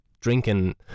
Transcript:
drinking